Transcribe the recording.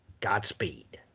Godspeed